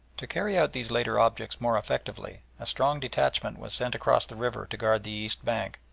to carry out these latter objects more effectually a strong detachment was sent across the river to guard the east bank,